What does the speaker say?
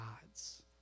gods